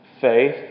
faith